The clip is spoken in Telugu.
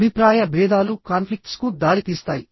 అభిప్రాయ భేదాలు కాన్ఫ్లిక్ట్స్కు దారితీస్తాయి